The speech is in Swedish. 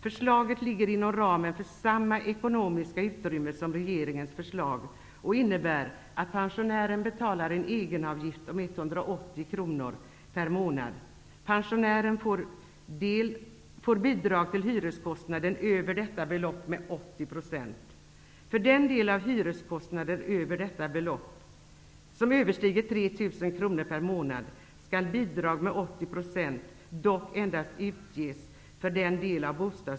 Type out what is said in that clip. Förslaget ligger inom ramen för samma ekonomiska utrymme som regeringens förslag och innebär att pensionären betalar en egenavgift om 180 kr per månad.